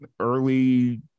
early